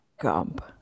Gump